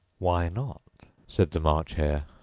why not said the march hare.